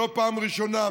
לא בפעם הראשונה,